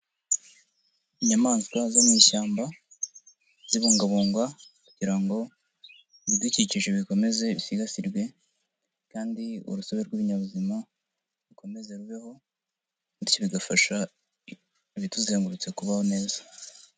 Inyamaswa zo mu ishyamba, zibungabungwa kugira ngo ibidukikije bikomeze bisigasirwe, kandi urusobe rw'ibinyabuzima rukomeze rubeho, bityo bigafasha ibituzengurutse kubaho neza.